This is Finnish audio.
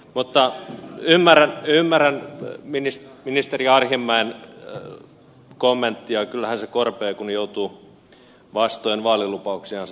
mutta ymmärrän ministeri arhinmäen kommenttia kyllähän se korpeaa kun joutuu vastoin vaalilupauksiansa toimimaan hallituksessa